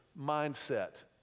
mindset